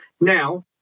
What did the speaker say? Now